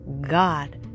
God